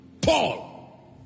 Paul